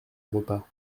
repas